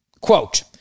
Quote